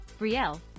Brielle